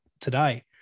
today